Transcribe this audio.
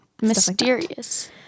Mysterious